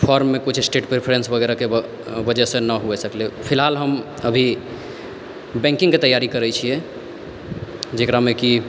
फॉर्ममे किछु state preference वगैरहके वजहसँ नहि होइ सकलै फिलहाल हम अभी बैंकिङ्गके तैआरी करै छिए जकरामे की